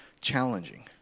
challenging